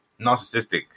Narcissistic